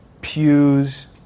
pews